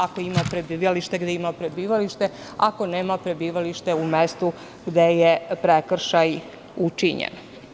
Ako ima prebivalište, gde ima prebivalište, a ako nema prebivalište, onda u mestu gde je prekršaj učinjen.